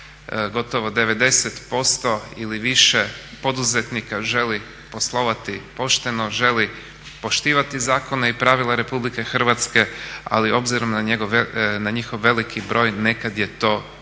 gotovo 90% ili više poduzetnika želi poslovati pošteno, želi poštivati zakone i pravila RH, ali obzirom na njihov veliki broj nekad je to i